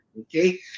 Okay